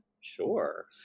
sure